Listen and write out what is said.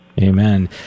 Amen